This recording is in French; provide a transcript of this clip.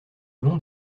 long